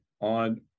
on